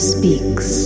Speaks